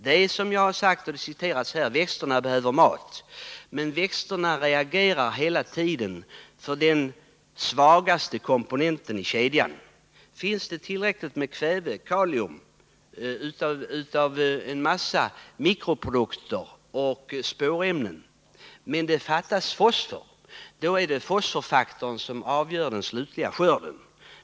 Jag har sagt — vilket också här har citerats — att växterna behöver mat. Men växterna reagerar hela tiden för den svagaste länken i näringskedjan. Om det finns tillräckligt med kväve, kalium, en massa mikroprodukter och spårämnen men det fattas fosfor, då är det fosforfaktorn som avgör den slutliga skörden.